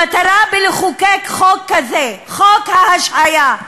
המטרה של לחוקק חוק כזה, חוק ההשעיה,